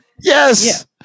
Yes